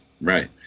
Right